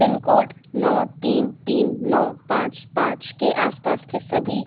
pin code नौ तीन तीन नौ पाँच पाँच के आसपास के सभी